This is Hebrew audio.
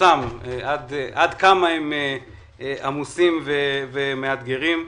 פורסם עד כמה הם עמוסים ומאתגרים.